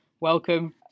Welcome